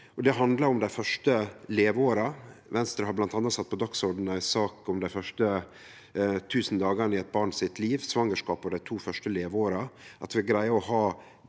Det handlar om dei første leveåra. Venstre har bl.a. sett på dagsordenen ei sak om dei første 1 000 dagane i eit barns liv, svangerskapet og dei to første leveåra.